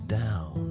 down